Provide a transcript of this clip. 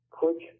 quick